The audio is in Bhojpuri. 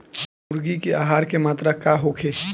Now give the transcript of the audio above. मुर्गी के आहार के मात्रा का होखे?